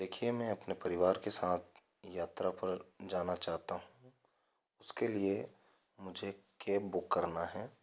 देखिए मैं अपने परिवार के साथ यात्रा पर जाना चाहता हूँ उसके लिए मुझे एक कैब बुक करना है